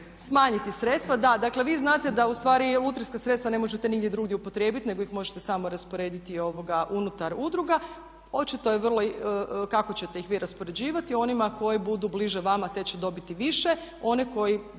smanjiti sredstva. Dakle vi znate da u stvari lutrijska sredstva ne možete nigdje drugdje upotrijebiti nego ih možete samo rasporediti unutar udruga. Očito je vrlo, kako ćete ih vi raspoređivati, onima koji budu bliže vama te će dobiti više,